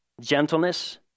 gentleness